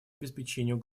обеспечению